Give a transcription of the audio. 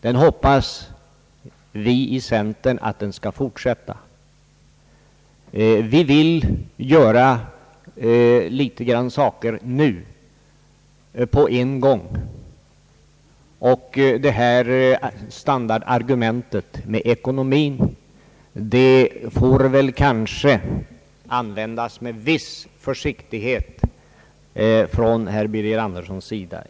Vi vill vidta vissa åtgärder på en gång, och standardargumentet med ekonomin får kanske användas med en viss försiktighet från herr Birger Anderssons sida.